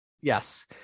yes